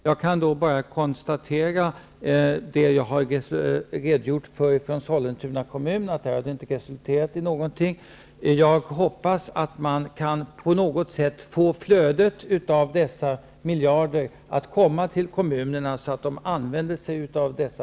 Herr talman! Jag tackar för detta påpekande. Jag kan bara konstatera att det inte har resulterat i någonting i Sollentuna kommun. Jag hoppas att man på något sätt kan få flödet av dessa miljarder att komma till kommunerna.